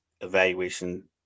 evaluation